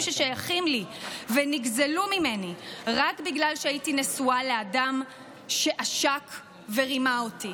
ששייכים לי ונגזלו ממני רק בגלל שהייתי נשואה לאדם שעשק ורימה אותי".